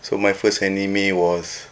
so my first anime was